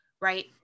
right